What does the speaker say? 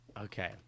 Okay